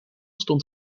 stond